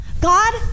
God